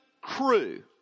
crew